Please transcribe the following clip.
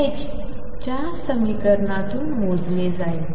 च्या समीकरणातून मोजले जाईल